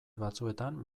batzuetan